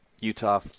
Utah